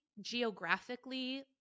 geographically